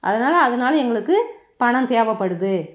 அதனால் அதனால் எங்களுக்கு பணம் தேவைப்படுது